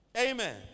Amen